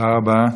תודה רבה.